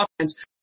offense